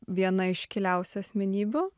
viena iškiliausių asmenybių